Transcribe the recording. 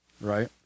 right